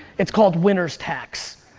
it's called winner's tax.